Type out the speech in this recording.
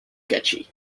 catchy